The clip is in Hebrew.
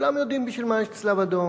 כולם יודעים בשביל מה יש צלב-אדום.